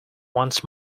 once